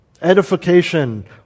Edification